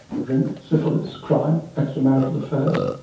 drink? syphilis? crime? extramarital affairs?